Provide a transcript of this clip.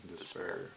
despair